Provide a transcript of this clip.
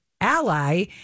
ally